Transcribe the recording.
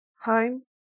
home